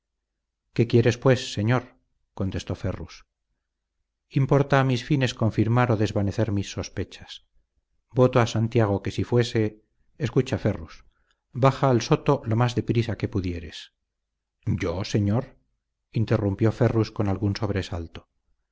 qué quieres pues señor contestó ferrus importa a mis fines confirmar o desvanecer mis sospechas voto a santiago que si fuese escucha ferrus baja al soto lo más de prisa que pudieres yo señor interrumpió ferrus con algún sobresalto